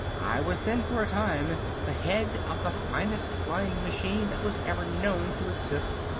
i was then for a time the head of the finest flying machine that was ever known to exist,